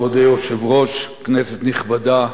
כבוד היושב-ראש, כנסת נכבדה,